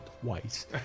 twice